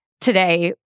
today